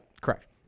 correct